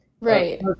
Right